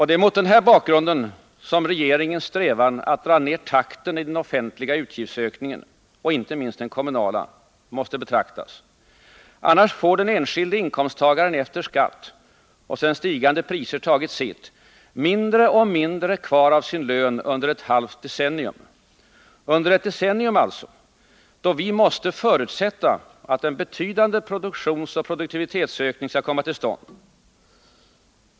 Det är mot denna bakgrund som regeringens strävan att dra ned takten i den offentliga utgiftsökningen — och inte minst den kommunala — måste betraktas. Annars får den enskilde inkomsttagaren efter skatt och sedan stigande priser tagit sitt mindre och mindre kvar av sin lön under ett halvt decennium — alltså under ett decennium då vi måste förutsätta att en betydande produktionsoch produktivitetsökning skall komma till stånd.